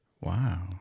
Wow